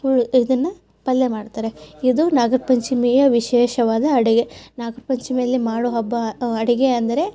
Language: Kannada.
ಮ್ ಇದನ್ನು ಪಲ್ಯ ಮಾಡ್ತಾರೆ ಇದು ನಾಗರ ಪಂಚಮಿಯ ವಿಶೇಷವಾದ ಅಡುಗೆ ನಾಗರ ಪಂಚಮಿಯಲ್ಲಿ ಮಾಡುವ ಹಬ್ಬ ಅಡುಗೆ ಅಂದರೆ